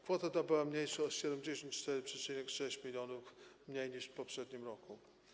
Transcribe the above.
Kwota ta była mniejsza o 74,6 mln niż w poprzednim roku.